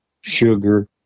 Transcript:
sugar